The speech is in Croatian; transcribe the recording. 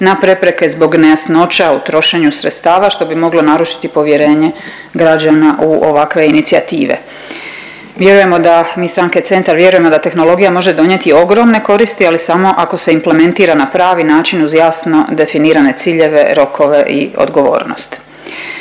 na prepreke zbog nejasnoća u trošenju sredstava što bi moglo narušiti povjerenje građana u ovakve inicijative. Vjerujemo da, mi iz stranke Centar vjerujemo da tehnologija može donijeti ogromne koristi, ali samo ako se implementira na pravi način uz jasno definirane ciljeve, rokove i odgovornosti.